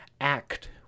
act